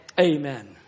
Amen